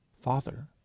father